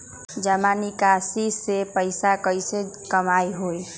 जमा निकासी से पैसा कईसे कमाई होई?